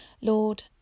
Lord